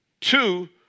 Two